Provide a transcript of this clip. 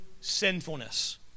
sinfulness